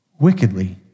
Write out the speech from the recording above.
wickedly